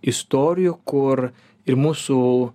istorijų kur ir mūsų